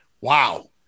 Wow